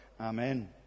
Amen